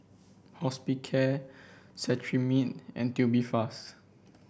Hospicare Cetrimide and Tubifast